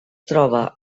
troba